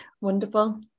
Wonderful